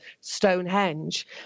Stonehenge